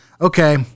Okay